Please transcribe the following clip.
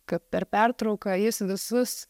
kad per pertrauką jis visus